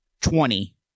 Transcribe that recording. Twenty